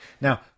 Now